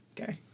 Okay